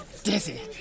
Dizzy